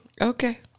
Okay